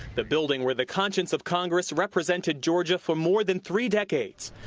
the building where the conscious of congress represented georgia for more than three decades.